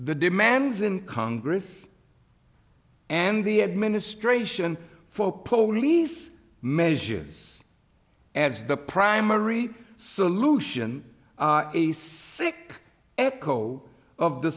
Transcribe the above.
the demands in congress and the administration for polies measures as the primary solution a sick echo of the